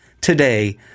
today